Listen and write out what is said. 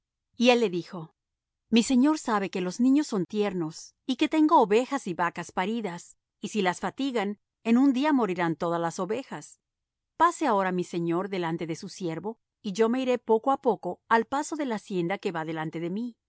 y él le dijo mi señor sabe que los niños son tiernos y que tengo ovejas y vacas paridas y si las fatigan en un día morirán todas las ovejas pase ahora mi señor delante de su siervo y yo me iré poco á poco al paso de la hacienda que va delante de mí